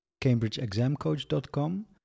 cambridgeexamcoach.com